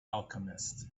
alchemist